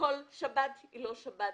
כל שבת היא לא שבת.